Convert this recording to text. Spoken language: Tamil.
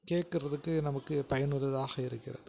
கேட்கறதுக்கு நமக்கு பயனுள்ளதாக இருக்கிறது